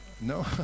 No